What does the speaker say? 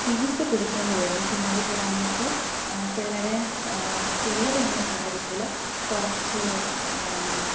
fees കൊടുക്കേണ്ടി വരുന്നു പിന്നെ അതുകൂടാഞ്ഞിട്ട് പിള്ളേരെ കെയർ ചെയ്യുന്ന കാര്യത്തിൽ കുറച്ച്